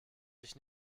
sich